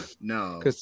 no